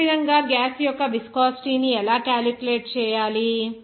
అదేవిధంగా గ్యాస్ యొక్క విస్కోసిటీ ని ఎలా క్యాలిక్యులేట్ చేయాలి